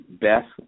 best